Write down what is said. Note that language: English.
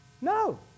no